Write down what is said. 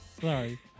Sorry